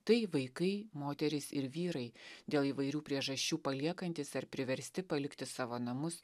tai vaikai moterys ir vyrai dėl įvairių priežasčių paliekantys ar priversti palikti savo namus